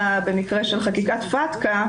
במקרה של חקיקת פטקא,